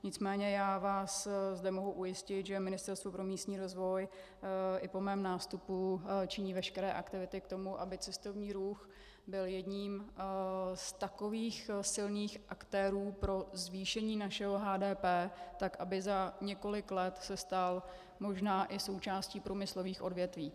Nicméně vás zde mohu ujistit, že Ministerstvo pro místní rozvoj i po mém nástupu činí veškeré aktivity k tomu, aby cestovní ruch byl jedním z takových silných aktérů pro zvýšení našeho HDP, aby za několik let se stal možná i součástí průmyslových odvětví.